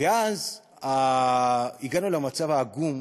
ואז הגענו למצב העגום